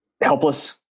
helpless